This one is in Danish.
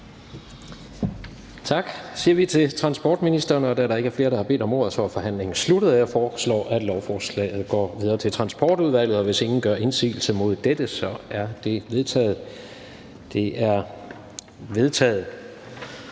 Tak siger vi til transportministeren. Da der ikke er flere, der har bedt om ordet, er forhandlingen sluttet. Jeg foreslår, at lovforslaget går videre til Transportudvalget. Hvis ingen gør indsigelse mod dette, er det vedtaget. Det er vedtaget.